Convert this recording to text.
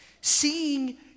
seeing